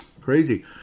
Crazy